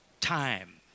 time